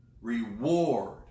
reward